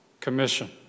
commission